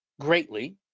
greatly